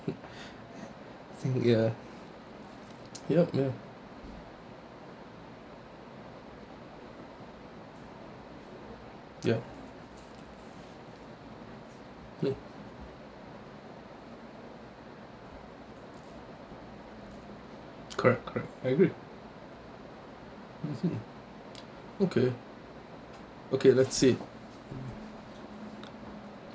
think ya yup yup yup correct correct I agree mmhmm okay okay let's see hmm